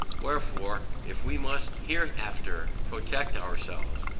wherefore, if we must hereafter protect ourselves,